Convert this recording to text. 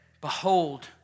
Behold